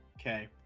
okay